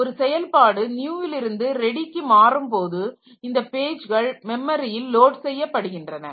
ஒரு செயல்பாடு நியுவிலிருந்து ரெடிக்கு ready மாறும்போது இந்த பேஜ்கள் மெமரியில் லோட் செய்யப்படுகின்றன